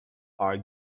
are